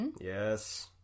Yes